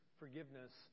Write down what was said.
forgiveness